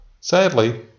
Sadly